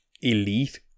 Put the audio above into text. elite